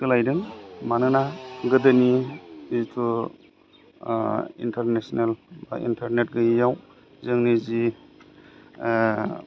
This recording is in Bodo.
सोलायदों मानोना गोदोनि जिथु इन्थारनेसनेल बा इन्टारनेट गैयैयाव जोंनि जि